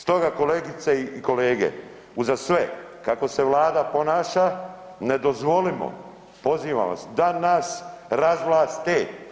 Stoga, kolegice i kolege, uza sve kako se Vlada ponaša ne dozvolimo, pozivam vas, da nas razvlaste.